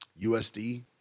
USD